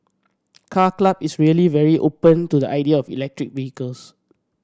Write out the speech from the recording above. Car Club is really very open to the idea of electric vehicles